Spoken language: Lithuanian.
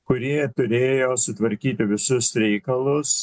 kurie turėjo sutvarkyti visus reikalus